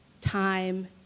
time